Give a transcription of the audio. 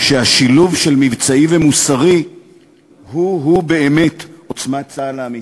כשהשילוב של מבצעי ומוסרי הוא-הוא באמת עוצמת צה"ל האמיתית,